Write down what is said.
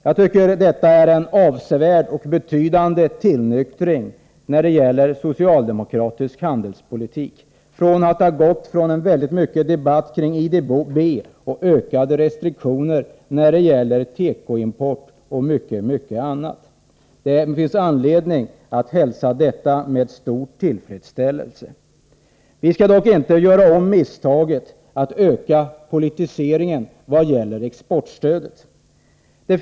Jag tycker detta innebär en betydande tillnyktring av socialdemokratisk handelspolitik, som tidigare väldigt mycket präglades av en debatt kring IDB och ökade restriktioner när det gällde tekoimport och mycket annat. Det finns anledning att hälsa detta med stor tillfredsställelse. Vi skall dock inte göra om misstaget att öka politiseringen när det gäller exportstödet.